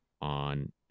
on